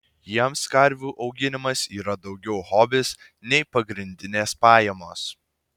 jiems karvių auginimas yra daugiau hobis nei pagrindinės pajamos